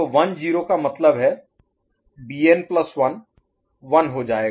तो 1 0 का मतलब है Bn प्लस 1 Bn1 1 हो जाएगा